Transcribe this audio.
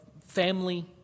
family